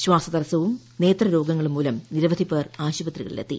ശ്വാസതടസ്സവും നേത്രരോഗങ്ങളും പ്രമൂലം നിരവധിപ്പേർ ആശുപത്രികളിലെത്തി